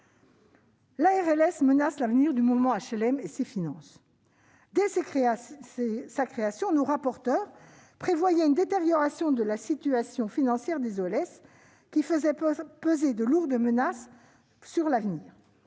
La RLS menace l'avenir du mouvement HLM et de ses finances. Dès sa création, nos rapporteurs prévoyaient une détérioration de la situation financière des organismes de logement social (OLS) faisant peser de lourdes menaces sur l'avenir.